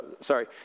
sorry